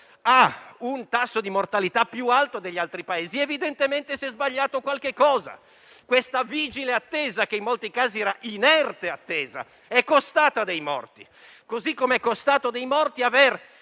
ha un tasso di mortalità più alto di quello degli altri Paesi, evidentemente si è sbagliato qualcosa. La vigile attesa, che in molti casi era inerte attesa, è costata dei morti; così com'è costato dei morti l'avere